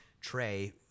Trey